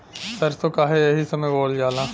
सरसो काहे एही समय बोवल जाला?